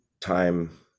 time